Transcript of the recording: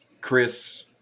Chris